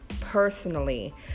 personally